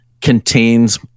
contains